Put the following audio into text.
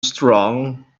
strong